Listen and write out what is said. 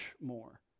more